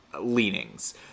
leanings